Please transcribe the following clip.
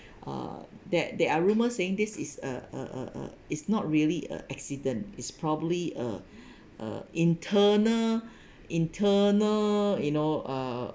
uh that there are rumors saying this is a a a a is not really a accident is probably a a internal internal you know uh